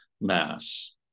mass